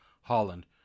Holland